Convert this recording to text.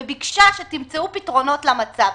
וביקשה שתמצאו פתרונות למצב.